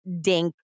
dink